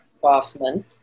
Kaufman